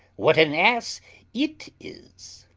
what an ass it is.